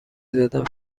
زدم